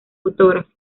fotógrafo